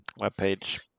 webpage